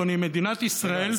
אדוני: מדינת ישראל,